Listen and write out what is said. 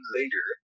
later